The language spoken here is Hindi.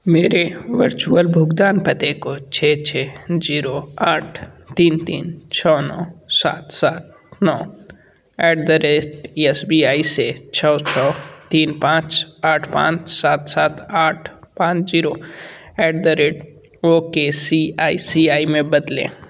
मेरे वर्चुअल भुगतान पते को छः छः ज़ीरो आठ तीन तीन छः नौ सात सात नौ एस बी आइ से छः छः तीन पाँच आठ पाँच सात सात आठ पाँच zero at the rate O K C I C I में बदलें